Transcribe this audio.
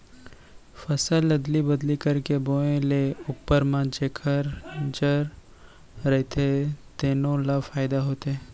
फसल अदली बदली करके बोए ले उप्पर म जेखर जर रहिथे तेनो ल फायदा होथे